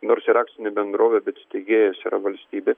nors ir akcinė bendrovė bet steigėjas yra valstybė